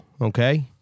okay